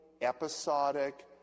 episodic